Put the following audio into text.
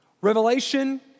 Revelation